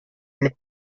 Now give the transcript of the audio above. mit